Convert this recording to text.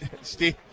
Steve